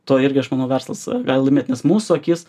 tuo irgi aš manau verslas gali laimėt nes mūsų akis